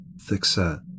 thick-set